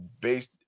based